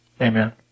Amen